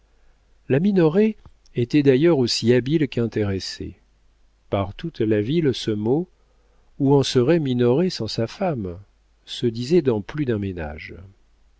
la minoret était d'ailleurs aussi habile qu'intéressée par toute la ville ce mot où en serait minoret sans sa femme se disait dans plus d'un ménage